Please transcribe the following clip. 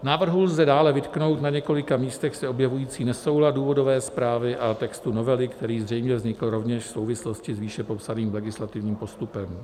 Návrhu lze dále vytknout na několika místech se objevující nesoulad důvodové zprávy a textu novely, který zřejmě vznikl rovněž v souvislosti s výše popsaným legislativním postupem.